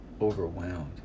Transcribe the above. overwhelmed